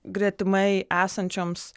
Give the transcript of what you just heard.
gretimai esančioms